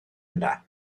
yna